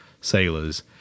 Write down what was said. sailors